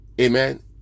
Amen